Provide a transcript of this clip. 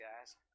guys